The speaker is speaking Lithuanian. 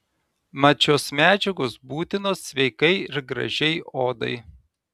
mat šios medžiagos būtinos sveikai ir gražiai odai